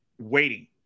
waiting